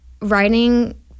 writing